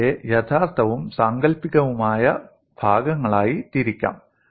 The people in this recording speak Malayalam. ഇവയെ യഥാർത്ഥവും സാങ്കൽപ്പികവുമായ ഭാഗങ്ങളായി തിരിക്കാം